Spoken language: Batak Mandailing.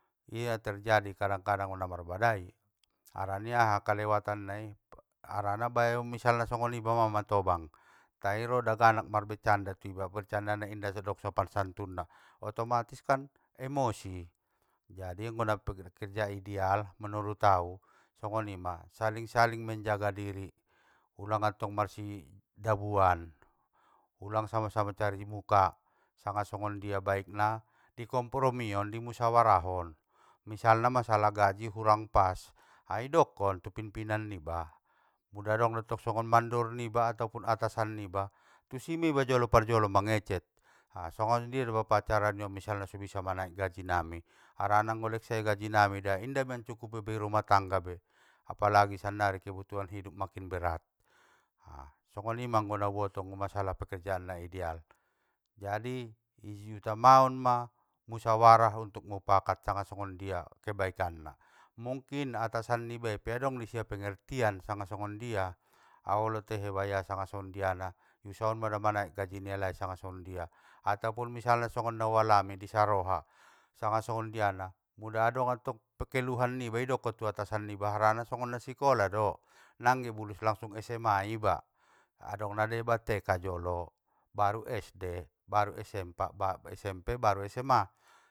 Ia terjadi kadang kadang na marbadai, harani aha? Kalewatan nai, harana bai misalna iba mandung matobang, tai ro daganak marbecanda tu iba bercanda nai inda so adong sopan santunna, otomatis kan emosi! Jadi anggo napekerja ideal manurut au songonima, saling saling menjaga diri, ulang antong marsidabuan, ulang sama sama cari muka, sanga songondia baikna dikompromion dimusawarahon, misalna masalah gaji urang pas, ai dokkon tu pinpinan niba! Muda dong dottong songon mandor niba ato atasan niba, tusi miba jolo parjolo mangecek, songondia do bapa cara nion misalna so bisa namaek gaji nami, harana ngoleksai gaji namida inda mancukupi be rumah tangga be, apalagi sannari kebutuhan hidup makin berat. Songgonima anggo nauboto masalah pekerjaan naideal, jadi diutamaon ma musawarah untuk mupakat sanga songondia kebaikanna, mungkin atasan nibai pe adong isia pengertian sanga songondia, au olo tehe baya sanga songondiana usahaon manaek gaji nalai sanga songondia, atopun misalna songon naualami i saroha sanga songondiana, muda adong mattong keluhan niba idokon tu atasan niba harana tong songon nasikola do, nangge bulus langsung SMA iba, adong nadeba tk jolo, baru sd, baru sm- smp, baru sma.